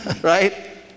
Right